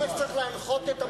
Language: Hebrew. זה מה שצריך להנחות את המחסומים.